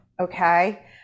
Okay